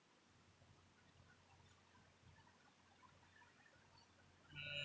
mm